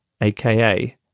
aka